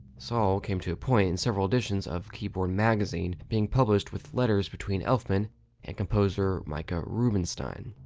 so all came to a point in several editions of keyboard magazine being published with letters between elfman and composer micah rubenstein.